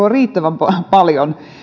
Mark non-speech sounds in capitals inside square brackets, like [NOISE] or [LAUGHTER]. [UNINTELLIGIBLE] on riittävän paljon